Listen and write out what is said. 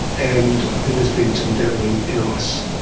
and i think there's been some dabbling in ice.